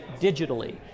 digitally